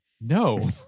no